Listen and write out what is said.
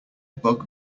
bug